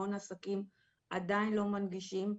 המון עסקים עדיין לא מנגישים,